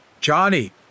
Johnny